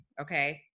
okay